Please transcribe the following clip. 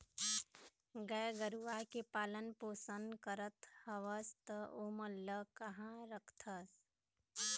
गाय गरुवा के पालन पोसन करत हवस त ओमन ल काँहा रखथस?